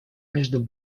между